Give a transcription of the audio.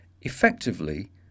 Effectively